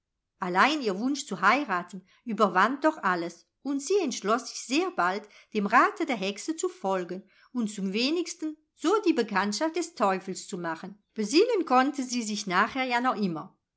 allein ihr wunsch zu heiraten überwand doch alles und sie entschloß sich sehr bald dem rate der hexe zu folgen und zum wenigsten so die bekanntschaft des teufels zu machen besinnen konnte sie sich nachher ja noch immer